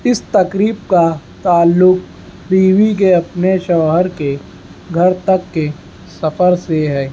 اس تقریب کا تعلق بیوی کے اپنے شوہر کے گھر تک کے سفر سے ہے